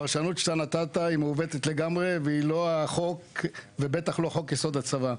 הפרשנות שאתה נתת מעוותת לגמרי והיא לא החוק ובטח לא חוק-יסוד: הצבא.